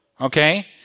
okay